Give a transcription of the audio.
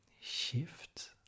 shift